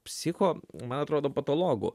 psicho man atrodo patologų